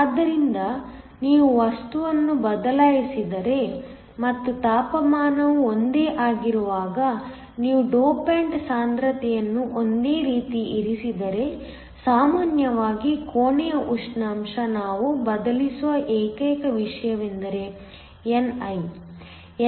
ಆದ್ದರಿಂದ ನೀವು ವಸ್ತುವನ್ನು ಬದಲಾಯಿಸಿದರೆ ಮತ್ತು ತಾಪಮಾನವು ಒಂದೇ ಆಗಿರುವಾಗ ನೀವು ಡೋಪಾಂಟ್ ಸಾಂದ್ರತೆಯನ್ನು ಒಂದೇ ರೀತಿ ಇರಿಸಿದರೆ ಸಾಮಾನ್ಯವಾಗಿ ಕೋಣೆಯ ಉಷ್ಣಾಂಶ ನಾವು ಬದಲಿಸುವ ಏಕೈಕ ವಿಷಯವೆಂದರೆ ni